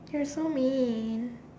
they're so mean